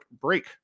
break